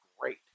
great